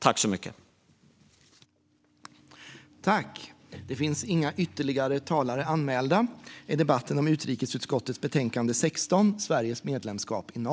Sveriges medlemskapi Nato